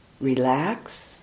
relax